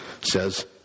says